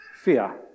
Fear